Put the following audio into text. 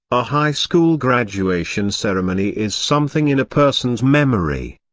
a high school graduation ceremony is something in a person's memory.